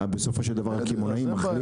בסופו של דבר זה מה שהקמעונאי מחליט.